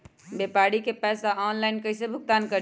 व्यापारी के पैसा ऑनलाइन कईसे भुगतान करी?